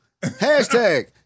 Hashtag